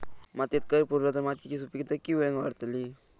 मातयेत कैर पुरलो तर मातयेची सुपीकता की वेळेन वाडतली?